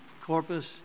corpus